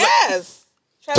Yes